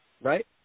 right